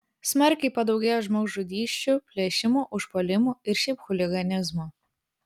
smarkiai padaugėjo žmogžudysčių plėšimų užpuolimų ir šiaip chuliganizmo